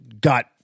got